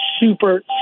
super